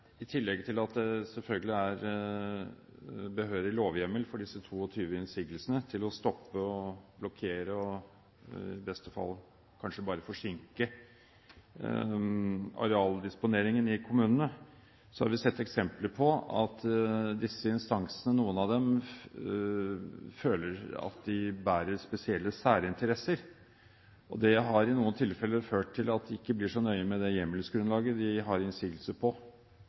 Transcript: i tillegg til at det selvfølgelig er behørig lovhjemmel for disse 22 instansene som har innsigelsesrett, til å stoppe, blokkere og i beste fall kanskje bare forsinke arealdisponeringen i kommunene, har sett eksempler på at disse instansene – noen av dem – føler at de har spesielle særinteresser. Det har i noen tilfeller ført til at det ikke blir så nøye med det hjemmelsgrunnlaget de har innsigelser på,